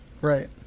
Right